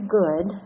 good